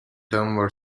denver